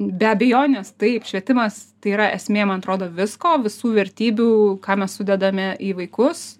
be abejonės taip švietimas tai yra esmė man atrodo visko visų vertybių ką mes sudedame į vaikus